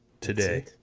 today